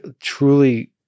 truly